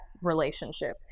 relationship